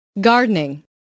Gardening